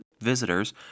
visitors